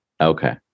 okay